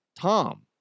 Tom